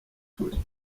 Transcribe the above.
toure